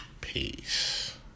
Peace